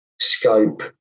scope